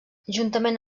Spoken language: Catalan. juntament